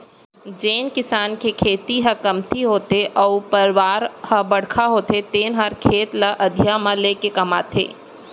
जेन किसान के खेती ह कमती होथे अउ परवार ह बड़का होथे तेने हर खेत ल अधिया म लेके कमाथे